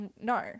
no